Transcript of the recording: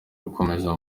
gukomeza